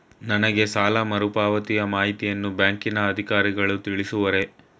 ನನಗೆ ಸಾಲ ಮರುಪಾವತಿಯ ಮಾಹಿತಿಯನ್ನು ಬ್ಯಾಂಕಿನ ಅಧಿಕಾರಿಗಳು ತಿಳಿಸುವರೇ?